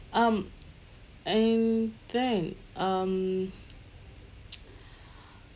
um and then um